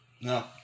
No